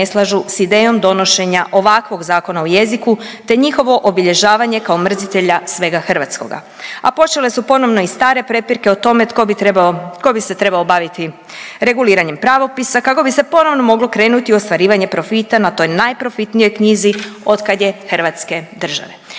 ne slažu s idejom donošenja ovakvog zakona o jeziku te njihovo obilježavanje kao mrzitelja svega hrvatskoga, a počele su ponovno i stare prepirke o tome tko bi trebao, tko bi se trebao baviti reguliranjem pravopisa kako bi se ponovno moglo krenuti u ostvarivanje profita na toj najprofitnijoj knjizi od kad je hrvatske države.